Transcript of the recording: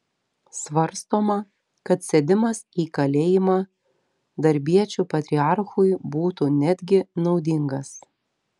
svarstoma kad sėdimas į kalėjimą darbiečių patriarchui būtų netgi naudingas